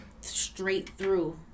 straight-through